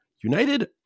United